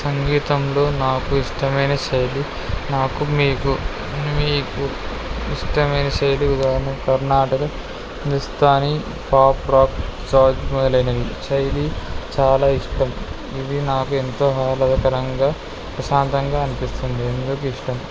సంగీతంలో నాకు ఇష్టమైన శైలి నాకు మీకు మీకు ఇష్టమైన శైలి ఉదహణ కర్ణాటక హిందుస్తానీ పాప్ రాక్ జార్డ్ మొదలగునవి శైలి చాలా ఇష్టం ఇది నాకు ఎంతో ఆహ్లాదకరంగా ప్రశాంతంగా అనిపిస్తుంది అందుకు ఇష్టం